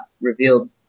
revealed